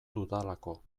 dudalako